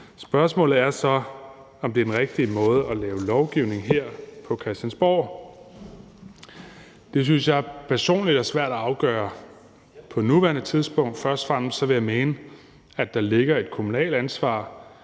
Spørgsmålet er så, om den rigtige måde at gøre det på er at lave lovgivning her på Christiansborg. Det synes jeg personligt er svært at afgøre på nuværende tidspunkt. Først og fremmest vil jeg mene, at der ligger et kommunalt ansvar